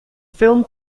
film